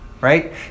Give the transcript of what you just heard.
right